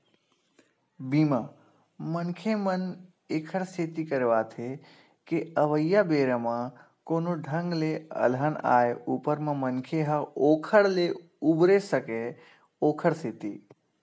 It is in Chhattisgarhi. बीमा, मनखे मन ऐखर सेती करवाथे के अवइया बेरा म कोनो ढंग ले अलहन आय ऊपर म मनखे ह ओखर ले उबरे सकय ओखर सेती